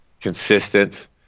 consistent